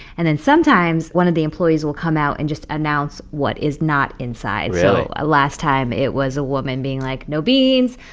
and then sometimes one of the employees will come out and just announce what is not inside really? so ah last time, it was a woman being like, no beans,